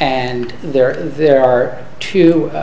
and there there are two a